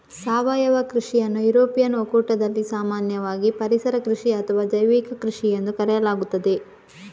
ಸಾವಯವ ಕೃಷಿಯನ್ನು ಯುರೋಪಿಯನ್ ಒಕ್ಕೂಟದಲ್ಲಿ ಸಾಮಾನ್ಯವಾಗಿ ಪರಿಸರ ಕೃಷಿ ಅಥವಾ ಜೈವಿಕ ಕೃಷಿಎಂದು ಕರೆಯಲಾಗುತ್ತದೆ